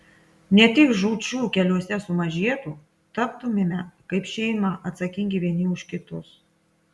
ne tik žūčių keliuose sumažėtų taptumėme kaip šeima atsakingi vieni už kitus